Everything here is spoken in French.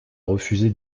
refusé